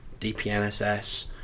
dpnss